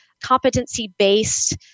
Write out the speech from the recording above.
competency-based